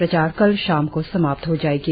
प्रचार कल शाम को समाप्त हो जाएगी